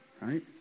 Right